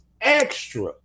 extra